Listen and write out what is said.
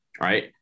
right